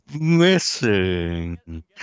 missing